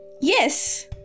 Yes